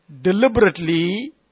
deliberately